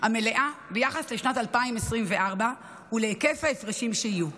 המלאה ביחס לשנת 2024 ולהיקף ההפרשים שיהיו.